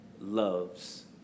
loves